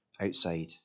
outside